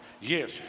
Yes